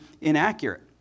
inaccurate